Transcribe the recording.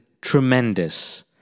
tremendous